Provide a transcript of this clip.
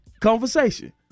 conversation